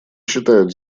считают